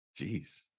Jeez